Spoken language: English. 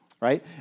right